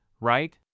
right